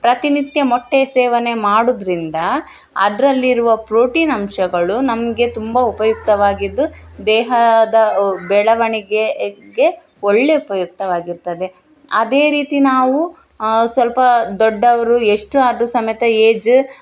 ಪ್ರತಿನಿತ್ಯ ಮೊಟ್ಟೆ ಸೇವನೆ ಮಾಡೋದ್ರಿಂದ ಅದರಲ್ಲಿರುವ ಪ್ರೋಟಿನ್ ಅಂಶಗಳು ನಮಗೆ ತುಂಬ ಉಪಯುಕ್ತವಾಗಿದ್ದು ದೇಹದ ಬೆಳವಣಿಗೆಗೆ ಒಳ್ಳೆ ಉಪಯುಕ್ತವಾಗಿರ್ತದೆ ಅದೇ ರೀತಿ ನಾವು ಸ್ವಲ್ಪ ದೊಡ್ಡವರು ಎಷ್ಟು ಆದರು ಸಮೇತ ಏಜ್